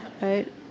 Right